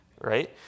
right